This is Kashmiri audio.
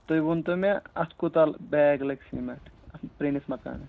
تُہۍ ؤنۍتو مےٚ اَتھ کوٗتاہ بیگ لگہِ سیٖمٮ۪نٛٹ اَتھ پرٛٲنِس مکانَس